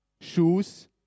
shoes